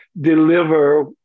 deliver